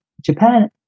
Japan